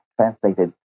translated